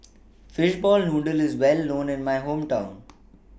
Fishball Noodle IS Well known in My Hometown